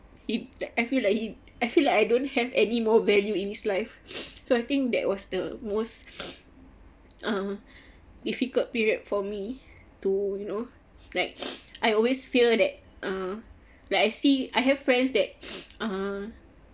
if like I feel like he I feel like I don't have any more value in his life so I think that was the most uh difficult period for me to you know like I always fear uh that like I see I have friends that uh